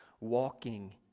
Walking